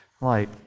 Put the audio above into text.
light